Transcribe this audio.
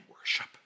worship